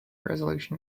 resolution